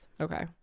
Okay